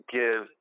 give